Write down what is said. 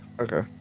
okay